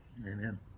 Amen